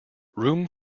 room